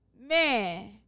Man